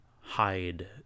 hide